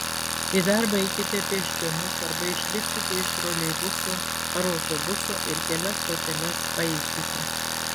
į darbą eikite pėsčiomis arba išlipkite iš troleibuso ar autobuso ir kelias stoteles paeikite